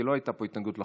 כי לא הייתה התנגדות לחוק.